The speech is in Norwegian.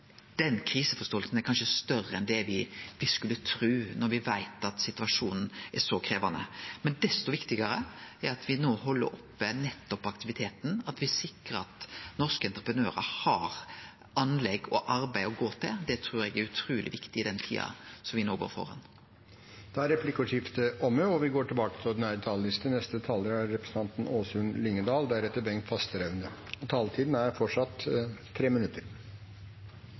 den kriseforståinga er større enn det me skulle tru, når me veit at situasjonen er så krevjande. Desto viktigare er det at me no held oppe aktiviteten, at me sikrar at norske entreprenørar har anlegg og arbeid å gå til. Det trur eg er utruleg viktig i den tida me no går inn i. Replikkordskiftet er omme. De talere som heretter får ordet, har også en taletid på 3 minutter. Da Fremskrittspartiet gikk ut i sentrale og